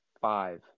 five